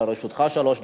לרשותך שלוש דקות.